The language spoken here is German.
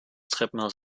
treppenhaus